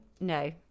No